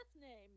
name